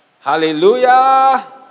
Hallelujah